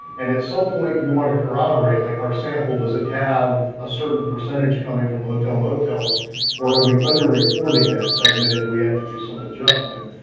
so point you want to corroborate, like our sample does it have a certain percentage coming from hotel motels, or are we under reporting that, say admittidly have to do some adjustment.